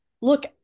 look